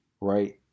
right